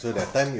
ah